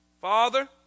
Father